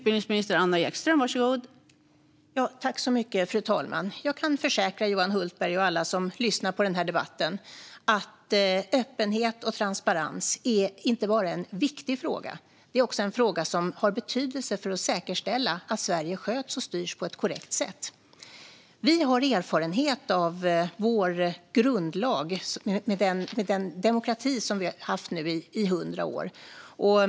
Fru talman! Jag kan försäkra Johan Hultberg och alla som lyssnar på denna debatt om att öppenhet och transparens inte bara är en viktig fråga, utan också en fråga som har betydelse för att säkerställa att Sverige sköts och styrs på ett korrekt sätt. Vi har erfarenhet av vår grundlag och den demokrati som vi nu haft i 100 år.